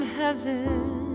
heaven